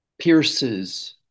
pierces